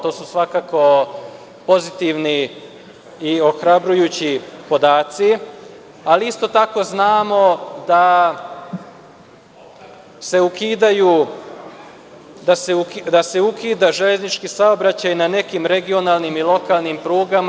To su svakako pozitivni i ohrabrujući podaci, ali isto tako znamo da se ukida železnički saobraćaj na nekim regionalnim i lokalnim prugama.